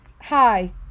Hi